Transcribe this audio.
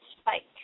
Spike